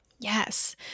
Yes